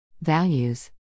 Values